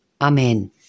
Amen